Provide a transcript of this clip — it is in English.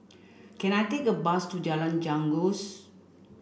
can I take a bus to Jalan Janggus